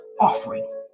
offering